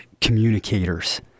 communicators